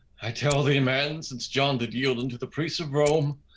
i tell thee man, since john did yield unto the priest of rome,